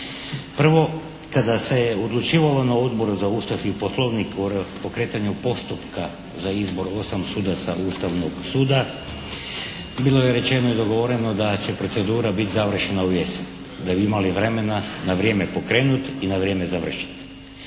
Prvo kada se je odlučivalo na Odboru za Ustav i Poslovnik o pokretanju postupka za izbor 8 sudaca Ustavnog suda, bilo je rečeno i dogovoreno da će procedura biti završena u jesen da bi imali vremena na vrijeme pokrenut i na vrijeme završiti.